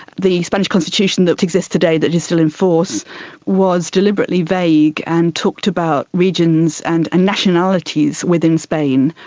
the spanish constitution that exists today that is still in force was deliberately vague and talked about regions and nationalities within spain,